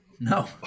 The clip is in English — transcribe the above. No